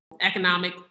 Economic